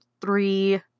three